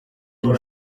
iyi